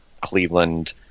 Cleveland